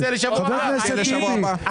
חבר הכנסת טיבי,